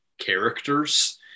characters